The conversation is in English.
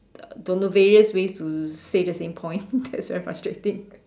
uh don't know various ways to say the same point gets very frustrating